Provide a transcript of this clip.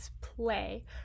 play